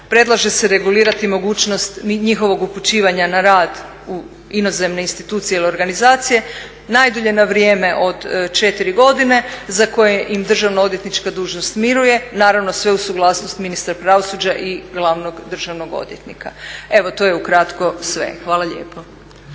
predlaže se regulirati mogućnost njihova upućivanja na rad u inozemne institucije ili organizacije, najdulje na vrijeme od 4 godine za koje im državno odvjetnička dužnost miruje, naravno sve uz suglasnost ministra pravosuđa i glavnog državnog odvjetnika. Evo to je ukratko sve. Hvala lijepo.